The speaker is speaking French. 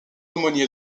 aumônier